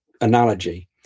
analogy